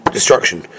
Destruction